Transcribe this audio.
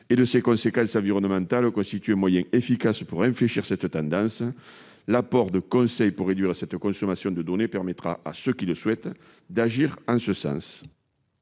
et de ses conséquences environnementales constituerait un moyen efficace pour infléchir cette tendance. L'apport de conseils pour réduire cette consommation de données permettrait à ceux qui le souhaitent d'agir en ce sens.